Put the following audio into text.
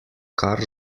kar